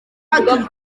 hakiri